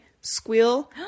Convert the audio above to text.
squeal